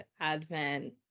Advent